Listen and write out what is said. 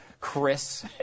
Chris